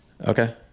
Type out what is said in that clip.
Okay